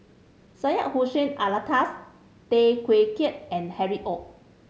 Syed Hussein Alatas Tay Teow Kiat and Harry Ord